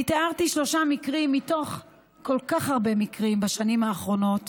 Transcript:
אני תיארתי שלושה מקרים מתוך כל כך הרבה מקרים בשנים האחרונות